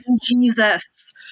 Jesus